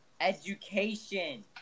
Education